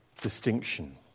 distinction